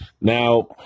Now